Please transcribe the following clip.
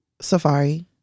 Safari